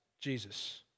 Jesus